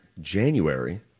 January